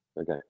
Okay